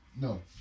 No